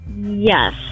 Yes